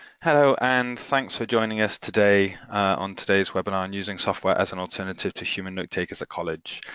hello and thanks for joining us today on today's webinar and using software as an alternative to human notetakers at college.